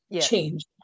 change